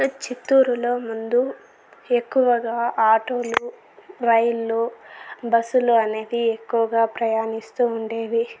చిత్తూరులో ముందు ఎక్కువగా ఆటోలు రైళ్ళు బస్సులు అనేది ఎక్కువగా ప్రయాణిస్తూ ఉండేవి